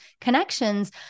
connections